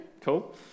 cool